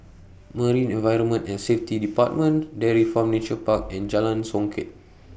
Marine Environment and Safety department Dairy Farm Nature Park and Jalan Songket